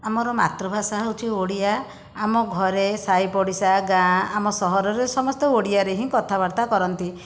ଆମର ମାତୃଭାଷା ହଉଛି ଓଡ଼ିଆ ଆମ ଘରେ ସାହିପଡ଼ିଶା ଗାଁ ଆମ ସହରରେ ସମସ୍ତେ ଓଡ଼ିଆରେ ହିଁ କଥାବାର୍ତ୍ତା କରନ୍ତି